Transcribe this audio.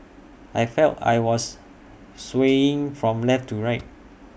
I felt I was swaying from left to right